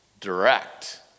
direct